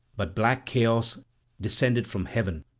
but black chaos descended from heaven,